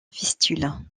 vistule